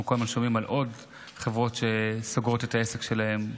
אנחנו כל הזמן שומעים על עוד חברות שסוגרות את העסק שלהן,